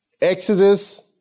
Exodus